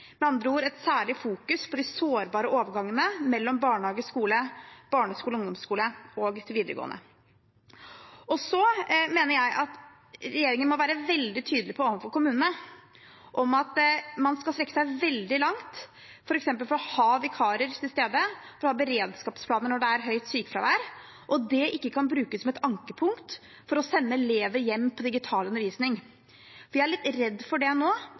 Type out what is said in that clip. Med andre ord: Man kan fokusere særlig på de sårbare overgangene mellom barnehage og skole, barneskole og ungdomsskole, og over til videregående. Jeg mener også at regjeringen må være veldig tydelig overfor kommunene på at man skal strekke seg veldig langt, f.eks. for å ha vikarer til stede, for å ha beredskapsplaner når det er høyt sykefravær, og at det ikke kan brukes som et ankepunkt for å sende elever hjem på digital undervisning. Jeg er litt redd for at vi nå